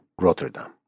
Rotterdam